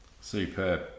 Superb